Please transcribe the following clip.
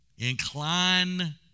Incline